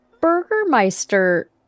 Burgermeister